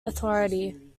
authority